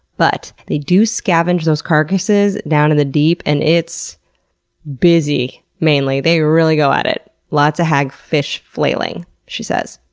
but they do scavenge those carcasses down in the deep and it's busy, mainly. they really go at it. lots of hagfish flailing, she says.